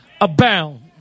abound